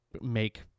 make